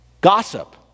gossip